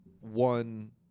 one